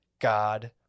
God